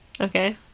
Okay